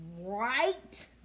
right